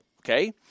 okay